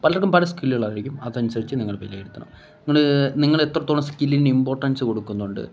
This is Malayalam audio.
പലർക്കും പല സ്കില്ലുകളായിരിക്കും അതനുസരിച്ച് നിങ്ങൾ വിലയിരുത്തണം നിങ്ങള് നിങ്ങളെത്രത്തോളം സ്കില്ലിന് ഇമ്പോര്ട്ടൻസ് കൊടുക്കുന്നുണ്ട്